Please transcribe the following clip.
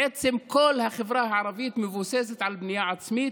בעצם כל החברה הערבית מבוססת על בנייה עצמית,